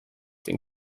den